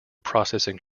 processing